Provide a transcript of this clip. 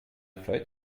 freut